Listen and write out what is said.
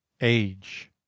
age